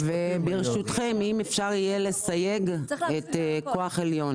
ברשותכם, אם אפשר יהיה לסייג את כוח עליון.